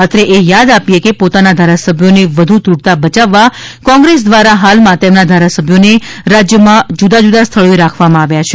અત્રે એ યાદ આપીયે કે પોતાના ધારાસભ્યોને વધુ તૂટતાં બચાવવા કોંગ્રેસ દ્વારા હાલમાં તેમના ધારાસભ્યોને રાજ્યમાં જુદા જુદા સ્થળોએ રાખવામાં આવ્યા છે